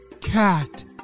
cat